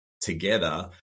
together